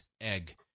egg